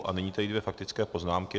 A nyní tady mám dvě faktické poznámky.